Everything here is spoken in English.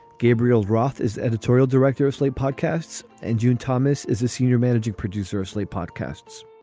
gabriel roth is editorial director of slate podcasts and june thomas is the senior managing producer of slate podcasts.